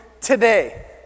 today